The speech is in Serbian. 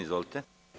Izvolite.